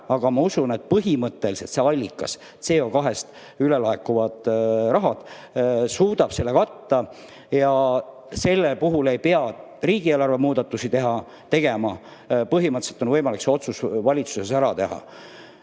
Aga ma usun, et põhimõtteliselt see allikas, CO2-st ülelaekuv raha, suudab selle katta. Ühtlasi ei pea selle puhul riigieelarves muudatusi tegema ja põhimõtteliselt on võimalik see otsus valitsuses ära teha.